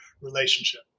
relationship